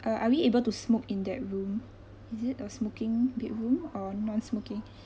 uh are we able to smoke in that room is it a smoking bedroom or non smoking